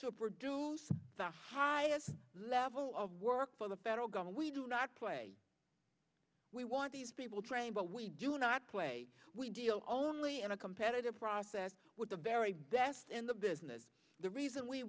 to produce the highest level of work for the federal government we do not play we want these people train but we do not play we deal only in a competitive process with the very best in the business the reason we